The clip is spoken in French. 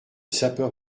sapeur